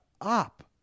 up